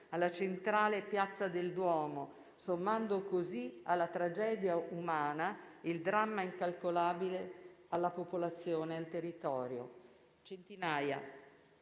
alla centrale Piazza del Duomo, sommando così alla tragedia umana il dramma incalcolabile alla popolazione e al territorio. Centinaia